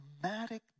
dramatic